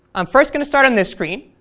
i'm first going to start on this screen.